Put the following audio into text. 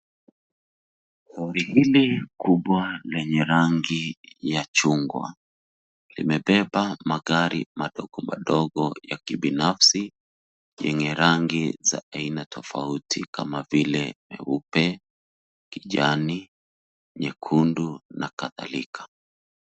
Lori hili kubwa lenye rangi ya chungwa, limebeba magari madogomadogo ya kibinafsi yenye rangi za aina tofauti kama vile nyeupe, kijani, nyekundu na kadhalika.